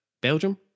Belgium